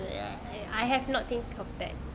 I have not think of that